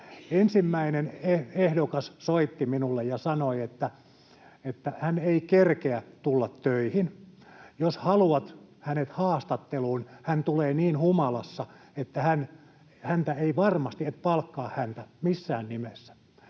Ensimmäinen ehdokas soitti minulle ja sanoi, että hän ei kerkeä tulla töihin ja että jos haluan hänet haastatteluun, hän tulee niin humalassa, että en palkkaa häntä missään nimessä.